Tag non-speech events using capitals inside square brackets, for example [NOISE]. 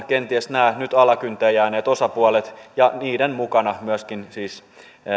[UNINTELLIGIBLE] kenties nämä nyt alakynteen jääneet osapuolet ja niiden mukana siis myöskin